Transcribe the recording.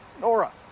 Nora